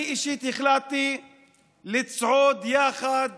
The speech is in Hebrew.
אני אישית החלטתי לצעוד יחד